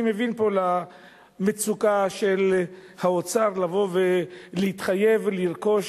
אני מבין פה את המצוקה של האוצר לבוא ולהתחייב ולרכוש